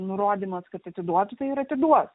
nurodymas kad atiduokite ir atiduos